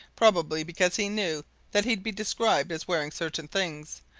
probably because he knew that he'd be described as wearing certain things,